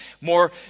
more